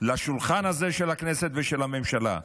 לשולחן הזה של הכנסת ושל הממשלה.